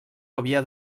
havia